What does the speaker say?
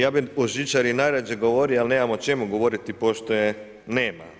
Da, ja bi o žičari najradije govorio ali nemamo o čemu govoriti pošto je nema.